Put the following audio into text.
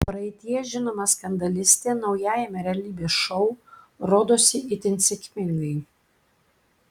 praeityje žinoma skandalistė naujajame realybės šou rodosi itin sėkmingai